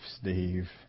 Steve